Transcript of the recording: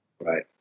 Right